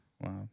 Wow